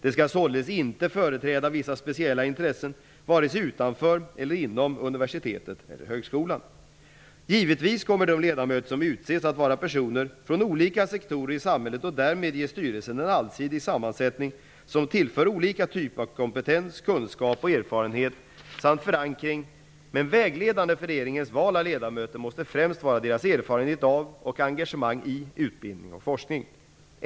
De skall således inte företräda vissa speciella intressen vare sig utanför eller inom universitetet/högskolan. Givetvis kommer de ledamöter som utses att vara personer från olika sektorer i samhället och därmed ge styrelsen en allsidig sammansättning som tillför olika typ av kompetens, kunskap och erfarenhet samt förankring, men vägledande för regeringens val av ledamöter måste främst vara deras erfarenhet av och engagemang i utbildning och forskning.